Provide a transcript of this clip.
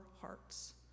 hearts